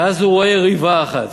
ואז הוא רואה ריבה אחת,